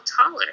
taller